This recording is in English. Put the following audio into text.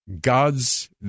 God's